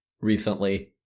recently